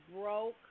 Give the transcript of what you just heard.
broke